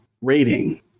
Rating